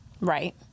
right